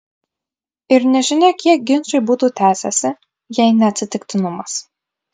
ir nežinia kiek ginčai būtų tęsęsi jei ne atsitiktinumas